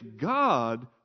god